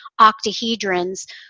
octahedrons